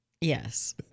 Yes